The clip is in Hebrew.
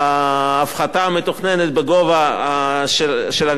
המתוכננת בגובה של אגרת רשות השידור,